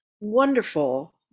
wonderful